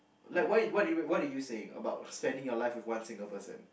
like what what do you what were you saying about spending your life with one single person